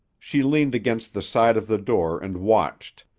she leaned against the side of the door and watched,